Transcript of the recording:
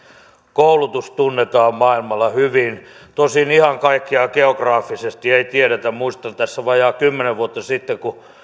koulutus tunnetaan maailmalla hyvin tosin ihan kaikkea geografisesti ei tiedetä muistan tässä vajaa kymmenen vuotta sitten kun